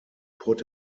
put